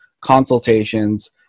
consultations